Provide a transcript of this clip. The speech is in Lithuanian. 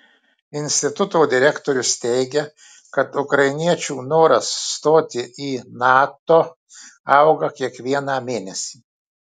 instituto direktorius teigia kad ukrainiečių noras stoti į nato auga kiekvieną mėnesį